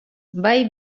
bai